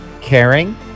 Caring